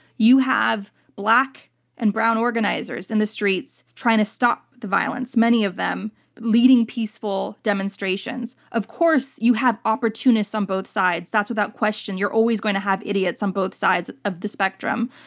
you have black and brown organizers in the streets trying to stop the violence, many of them leading peaceful demonstrations. of course, you have opportunists on both sides. that's without question. you're always going to have idiots on both sides of the spectrum,